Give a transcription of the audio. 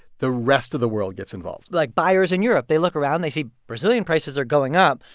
the rest of the world gets involved like buyers in europe they look around. they see brazilian prices are going up,